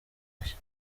nshya